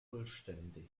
vollständig